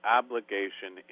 obligation